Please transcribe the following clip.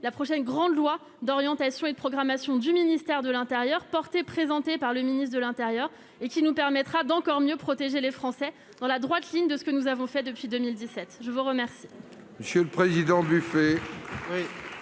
la prochaine grande loi d'orientation et de programmation du ministère de l'Intérieur, présenté par le ministre de l'Intérieur et qui nous permettra d'encore mieux protéger les Français dans la droite ligne de ce que nous avons fait depuis 2017, je vous remercie.